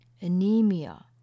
anemia